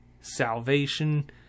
salvation